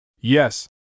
Yes